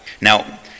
Now